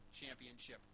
championship